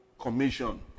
commission